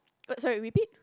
uh sorry repeat